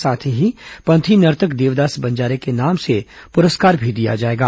साथ ही पंथी नर्तक देवदास बंजारे के नाम से पुरस्कार भी दिया जाएगा